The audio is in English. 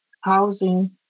Housing